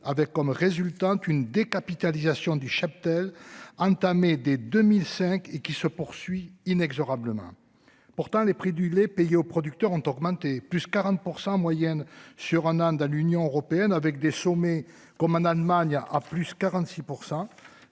avec comme résultante une décapitalisation du cheptel entamée dès 2005 et qui se poursuit inexorablement. Pourtant les prix du lait payé aux producteurs ont augmenté, plus 40% en moyenne sur un an dans l'Union européenne avec des sommets comme un Allemagne a plus 46%.